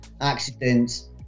accidents